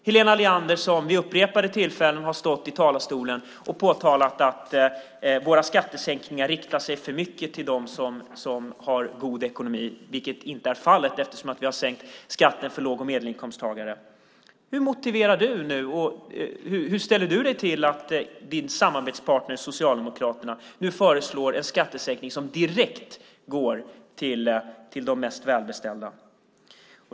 Helena Leander har vid upprepade tillfällen stått i talarstolen och påtalat att våra skattesänkningar riktar sig för mycket till dem som har god ekonomi, vilket inte är fallet eftersom vi har sänkt skatten för låg och medelinkomsttagare. Hur motiverar du nu och hur ställer du dig till att din samarbetspartner Socialdemokraterna föreslår en skattesänkning som direkt går till de mest välbeställda?